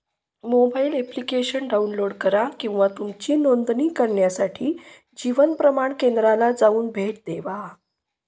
mobile application download करा किंवा तुमची नोंदणी करण्यासाठी जीवन प्रमाण केंद्राला जाऊन भेट देवा